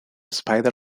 spider